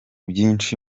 byinshi